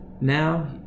Now